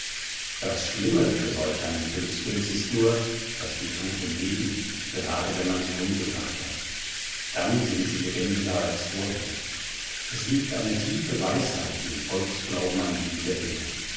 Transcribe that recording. das schlimme für solch einen glückspilz ist nur daß die toten leben gerade wenn man sie umgebracht hat dann sind sie lebendiger als vorher es liegt eine tiefe weisheit im volksglauben an die